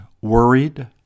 worried